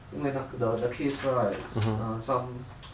因为那 the the case right s~ ah some